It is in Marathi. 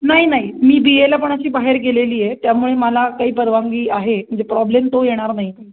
नाही नाही मी बी एला पण अशी बाहेर गेलेली आहे त्यामुळे मला काही परवानगी आहे म्हणजे प्रॉब्लेम तो येणार नाही पण